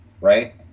right